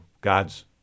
God's